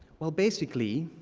well, basically,